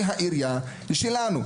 העירייה והם בעיה שלנו.